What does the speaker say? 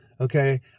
Okay